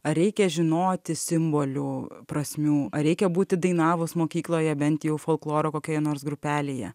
ar reikia žinoti simbolių prasmių ar reikia būti dainavus mokykloje bent jau folkloro kokioje nors grupelėje